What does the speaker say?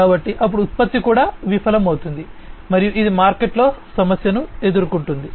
కాబట్టి అప్పుడు ఉత్పత్తి కూడా విఫలమవుతుంది మరియు ఇది మార్కెట్లో సమస్యను ఎదుర్కొంటుంది